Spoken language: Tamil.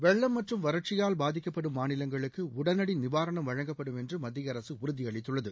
வெள்ளம் மற்றும் வறட்சியால் பாதிக்கப்படும் மாநிலங்களுக்கு உடனடி நிவாரணம் வழங்கப்படும் என்று மத்திய அரசு உறுதியளித்துள்ளது